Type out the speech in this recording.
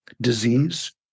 Disease